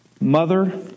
mother